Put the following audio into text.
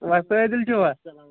وۄستہٕ عٲدل چھِوا